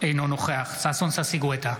אינו נוכח ששון ששי גואטה,